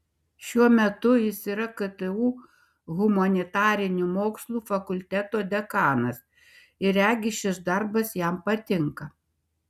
šiuo metu jis yra ktu humanitarinių mokslų fakulteto dekanas ir regis šis darbas jam patinka